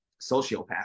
sociopath